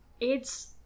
It's-